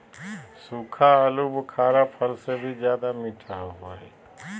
सूखा आलूबुखारा फल से भी ज्यादा मीठा होबो हइ